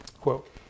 Quote